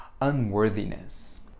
unworthiness